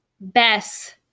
Bess